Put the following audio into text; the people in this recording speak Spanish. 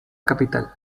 capital